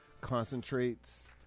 Concentrate's